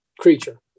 creature